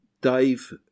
Dave